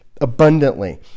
abundantly